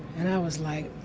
and i was like,